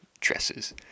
dresses